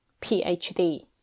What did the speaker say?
PhD